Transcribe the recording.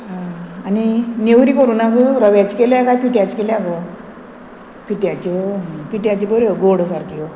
आं आनी नेवरी करून गो रव्याचे केल्या काय पिठ्याच केल्या गो पिठ्याच्यो आं पिट्याच्यो बऱ्यो गोड सारक्यो